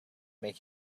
make